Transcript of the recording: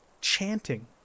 chanting